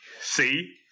see